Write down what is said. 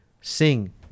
sing